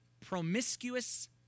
promiscuous